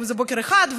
בוקר אחד,